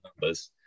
numbers